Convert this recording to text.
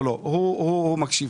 הוא מקשיב.